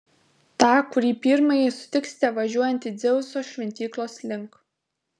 tą kurį pirmąjį sutiksite važiuojantį dzeuso šventyklos link